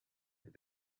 and